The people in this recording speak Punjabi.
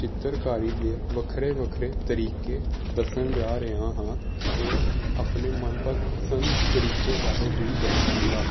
ਚਿੱਤਰਕਾਰੀ ਦੇ ਵੱਖਰੇ ਵੱਖਰੇ ਤਰੀਕੇ ਦੱਸਣ ਜਾ ਰਿਹਾ ਹਾਂ ਅਤੇ ਆਪਣੇ ਮਨਪਸੰਦ ਤਰੀਕੇ ਬਾਰੇ ਵੀ ਦੱਸਾਂਗਾ